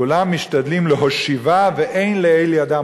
וכולם משתדלים להושיבה ואין לאל ידם.